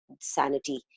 sanity